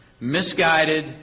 misguided